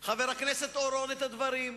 כאן חבר הכנסת אורון את הדברים,